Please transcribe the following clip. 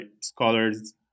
scholars